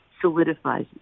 solidifies